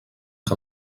que